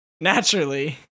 naturally